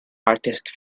artist